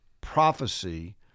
prophecy